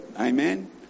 Amen